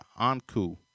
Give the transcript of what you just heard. Anku